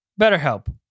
BetterHelp